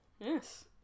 Yes